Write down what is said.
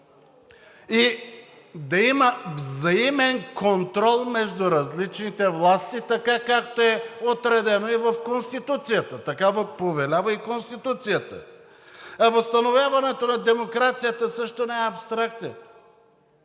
и да има взаимен контрол между различните власти така, както е отредено в Конституцията, така повелява и Конституцията. А възстановяването на демокрацията също не е абстракция.